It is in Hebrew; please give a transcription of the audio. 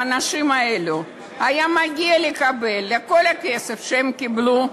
לאנשים האלו היה מגיע לקבל את כל הכסף שהם קיבלו,